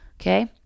Okay